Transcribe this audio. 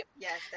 Yes